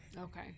Okay